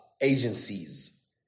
agencies